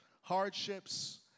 hardships